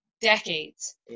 decades